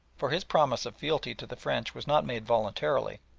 for his promise of fealty to the french was not made voluntarily,